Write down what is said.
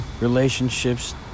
relationships